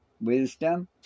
wisdom